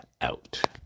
out